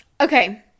Okay